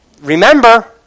Remember